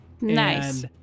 Nice